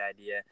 idea